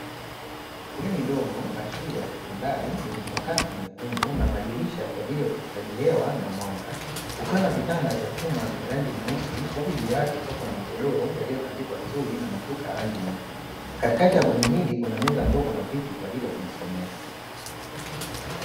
Bweni dogo la shule ya sekondari lenye sakafu nyekundu na madirisha kwa ajili ya upitishaji hewa na mwanga, kukiwa na vitanda vya chuma vyenye rangi nyeusi huku juu yake kukiwa na magodoro yaliyotandikwa vizuri na mashuka ya rangi nyeupe, katikati ya bweni hili kuna meza ndogo na viti kwa ajili ya kujisomea.